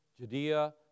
Judea